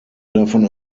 davon